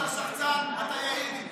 אתה שחצן, אתה יהיר, אתה שחצן, אתה יהיר.